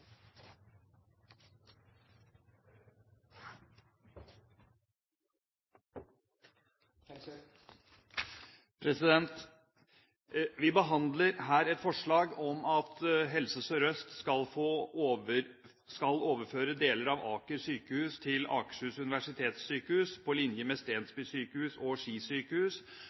vedtatt. Vi behandler her et forslag om at Helse Sør-Øst skal overføre deler av Aker sykehus til Akershus universitetssykehus på linje med Stensby sykehus og